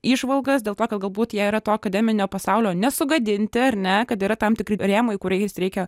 įžvalgas dėl to kad galbūt jie yra to akademinio pasaulio nesugadinti ar ne kad yra tam tikri rėmai kuriais reikia